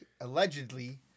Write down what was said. allegedly